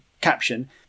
caption